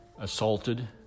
Assaulted